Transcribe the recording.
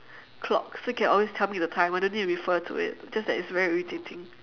clock so it can always tell me the time I don't need to refer to it just that it's very irritating